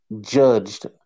judged